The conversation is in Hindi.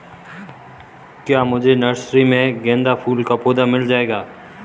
क्या मुझे नर्सरी में गेंदा फूल का पौधा मिल जायेगा?